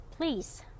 Please